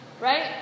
Right